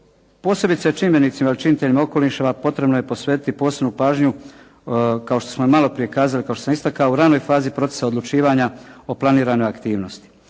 Posebice čimbenicima ili činiteljima okoliša potrebno je posvetiti posebnu pažnju kao što smo malo prije kazali, kao što sam istakao u ranoj fazi procesa odlučivanja o planiranoj aktivnosti.